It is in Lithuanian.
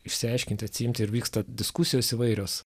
išsiaiškinti atsiimti ir vyksta diskusijos įvairios